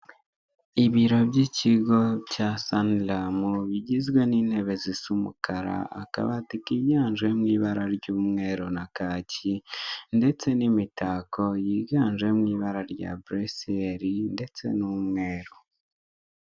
Ibiro by'ikigo cya saniramu, bigizwe n'intebe zisa umukara, akabati kiganjemo ibara ry'umweru na kacyi, ndetse n'imitako yiganjemwo ibara rya buresiyeri ndetse n'umweru.